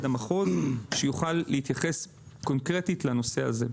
המחוז שיוכל להתייחס קונקרטית לנושא הזה.